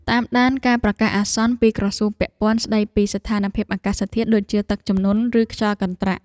តាមដានការប្រកាសអាសន្នពីក្រសួងពាក់ព័ន្ធស្តីពីស្ថានភាពអាកាសធាតុដូចជាទឹកជំនន់ឬខ្យល់កន្ត្រាក់។